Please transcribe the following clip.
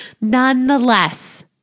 Nonetheless